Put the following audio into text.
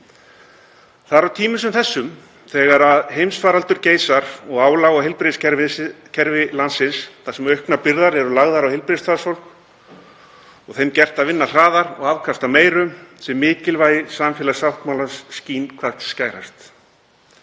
Það er á tímum sem þessum, þegar heimsfaraldur geisar og álag er á heilbrigðiskerfi landsins, þar sem auknar byrðar eru lagðar á heilbrigðisstarfsfólk og því gert að vinna hraðar og afkasta meiru, sem mikilvægi samfélagssáttmálans skín hvað skærast.